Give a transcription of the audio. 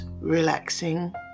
relaxing